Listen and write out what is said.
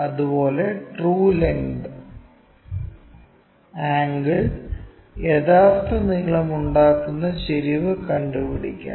അതുപോലെ true length angle യഥാർത്ഥ നീളം ഉണ്ടാക്കുന്ന ചെരിവ് കണ്ടുപിടിക്കാം